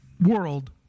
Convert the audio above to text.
world